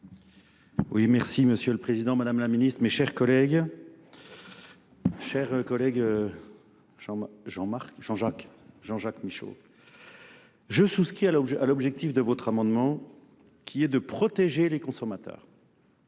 merci Monsieur le Président, Madame la Ministre, mes chers collègues. Chers collègues Jean-Jacques Michaud, je sousquitte à l'objectif de votre amendement qui est de protéger les consommateurs.